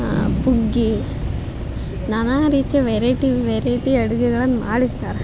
ಹುಗ್ಗಿ ನಾನಾ ರೀತಿಯ ವೆರೈಟಿ ವೆರೈಟಿ ಅಡುಗೆಗಳನ್ನು ಮಾಡಿಸ್ತಾರೆ